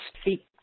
speak